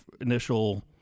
initial